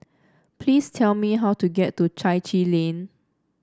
please tell me how to get to Chai Chee Lane